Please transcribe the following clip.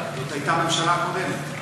זאת הייתה הממשלה הקודמת.